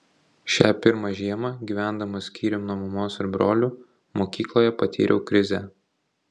šią pirmą žiemą gyvendamas skyrium nuo mamos ir brolių mokykloje patyriau krizę